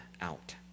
out